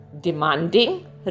demanding